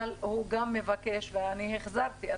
אבל הוא גם מבקש ואני מחזירה את זה,